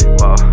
whoa